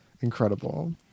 Incredible